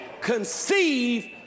conceive